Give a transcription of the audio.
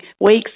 weeks